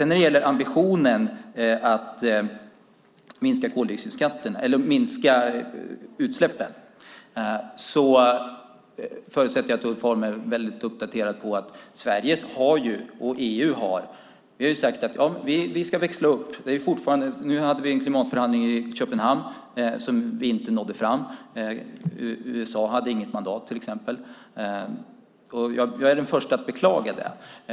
När det gäller ambitionen att minska utsläppen förutsätter jag att Ulf Holm är uppdaterad på att Sverige och EU har sagt att vi ska växla upp. Vid klimatförhandlingarna i Köpenhamn nådde vi inte fram; USA hade inget mandat till exempel. Jag är den första att beklaga det.